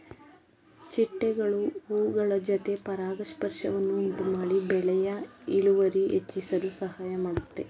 ಚಿಟ್ಟೆಗಳು ಹೂಗಳ ಜೊತೆ ಪರಾಗಸ್ಪರ್ಶವನ್ನು ಉಂಟುಮಾಡಿ ಬೆಳೆಯ ಇಳುವರಿ ಹೆಚ್ಚಿಸಲು ಸಹಾಯ ಮಾಡುತ್ತೆ